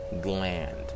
gland